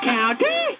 County